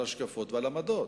על השקפות ועל עמדות.